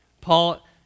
Paul